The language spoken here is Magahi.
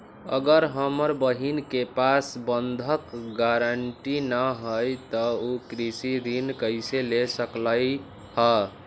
अगर हमर बहिन के पास बंधक गरान्टी न हई त उ कृषि ऋण कईसे ले सकलई ह?